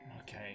Okay